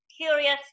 curious